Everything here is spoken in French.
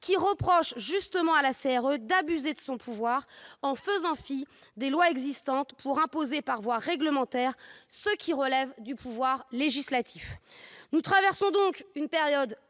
qui reproche à la CRE d'abuser de son pouvoir en faisant fi des lois existantes pour imposer par voie réglementaire ce qui relève du pouvoir législatif. Nous traversons donc une période